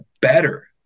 better